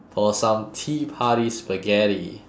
for some tea party spaghetti